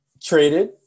traded